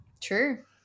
True